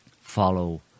follow